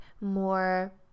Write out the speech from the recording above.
more